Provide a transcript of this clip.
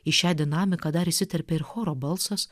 į šią dinamiką dar įsiterpia ir choro balsas